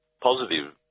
positive